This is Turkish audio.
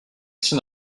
için